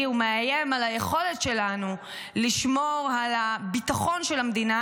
ומאיים על היכולת שלנו לשמור על הביטחון של המדינה,